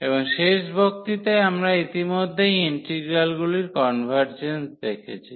এবং শেষ বক্তৃতায় আমরা ইতিমধ্যেই ইন্টিগ্রালগুলির কনভারর্জেন্স দেখেছি